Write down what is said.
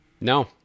No